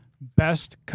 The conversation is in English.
best